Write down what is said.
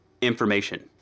information